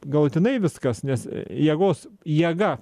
galutinai viskas nes jėgos jėga